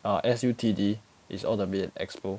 ah S_U_T_D is all the way at expo